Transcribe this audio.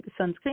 sunscreen